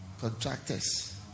contractors